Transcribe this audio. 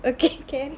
okay can